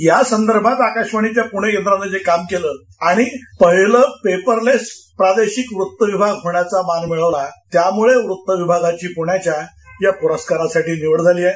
यासदर्भात आकशवाणीच्या पृणे केंद्रान जे काम केलं आणि पहिलं पेपरलेस प्रादेशिक वृत्त विभाग होण्याचा मान मिळवला त्यामुळे वृत्त विभागाची पृण्याच्या या प्रस्कारासाठी निवड झालीय